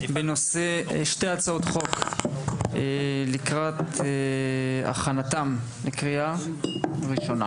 בנושא שתי הצעות חוק לקראת הכנתן לקריאה ראשונה: